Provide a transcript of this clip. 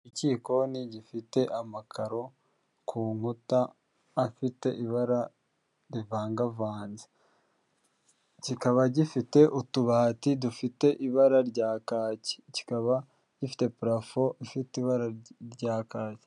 Ikikoni gifite amakaro ku nkuta afite ibara rivangavanze kikaba gifite utubati dufite ibara rya kaki kikaba gifite parafu ifite ibara rya kake.